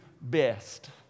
best